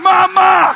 Mama